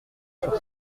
sur